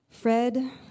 Fred